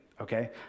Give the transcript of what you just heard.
okay